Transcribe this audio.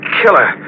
killer